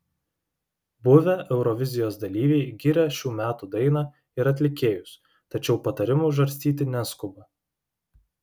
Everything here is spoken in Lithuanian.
buvę eurovizijos dalyviai giria šių metų dainą ir atlikėjus tačiau patarimų žarstyti neskuba